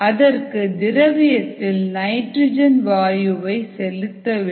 அதற்கு திரவியத்தில் நைட்ரஜன் வாயுவை செலுத்த வேண்டும்